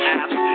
apps